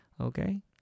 Okay